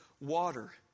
water